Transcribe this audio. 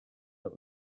der